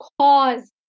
cause